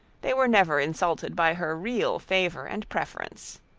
they were never insulted by her real favour and preference.